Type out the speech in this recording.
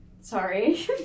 Sorry